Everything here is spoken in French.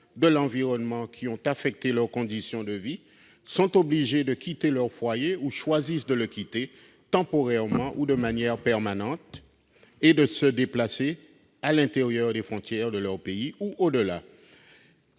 de l'environnement qui ont affecté leurs conditions de vie, sont obligés de quitter leur foyer, ou choisissent de le quitter, temporairement ou de manière permanente, et qui se déplacent à l'intérieur des frontières de leur pays ou au-delà.